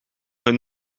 hun